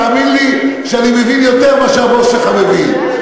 תאמין לי שאני מבין יותר מאשר הבוס שלך מבין.